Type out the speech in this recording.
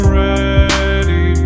ready